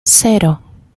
cero